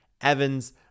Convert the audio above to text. Evans